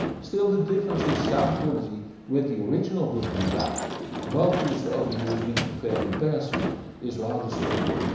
still the difference in sound quality with the original brooklyn dac both used over usb for fair comparison is rather small.